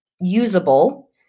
usable